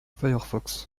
firefox